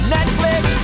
Netflix